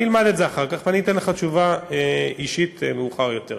אני אלמד את זה אחר כך ואתן לך תשובה אישית מאוחר יותר.